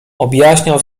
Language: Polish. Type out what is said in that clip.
objaśniał